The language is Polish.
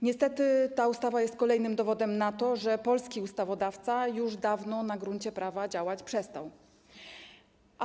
Niestety ta ustawa jest kolejnym dowodem na to, że polski ustawodawca już dawno na gruncie prawa przestał działać.